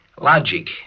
Logic